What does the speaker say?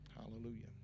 hallelujah